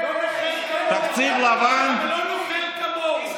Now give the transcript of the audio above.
אתה חושב שאתה גאווה, הי הי הי, לא נוכל כמוהו.